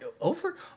Over